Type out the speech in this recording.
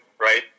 right